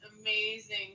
amazing